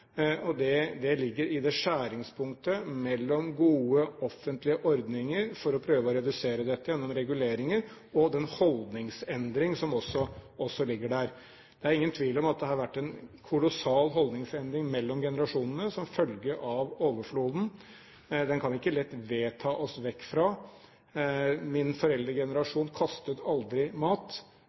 ligger i skjæringspunktet mellom gode, offentlige ordninger for å prøve å redusere dette gjennom reguleringer og den holdningsendringen som også ligger der. Det er ingen tvil om at det har vært en kolossal holdningsendring mellom generasjoner som en følge av overfloden. Den kan vi ikke lett vedta oss vekk fra. Min foreldregenerasjon kastet aldri mat.